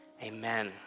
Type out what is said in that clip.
Amen